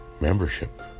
membership